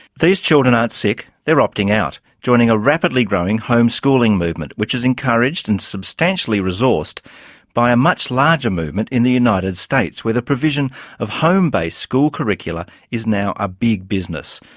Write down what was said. these children aren't sick they're opting out, joining a rapidly growing homeschooling movement, which is encouraged and substantially resourced by a much larger movement in the united states, where the provision of home-based school curricula is now a big business.